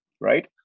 right